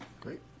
Great